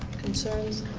concerns?